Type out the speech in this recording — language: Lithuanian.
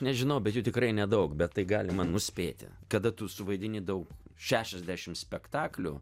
nežinau bet jų tikrai nedaug bet tai galima nuspėti kada tu suvaidini daug šešiasdešimt spektaklių